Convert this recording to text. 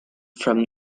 from